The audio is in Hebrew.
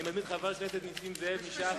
אני מזמין את חבר הכנסת נסים זאב מש"ס.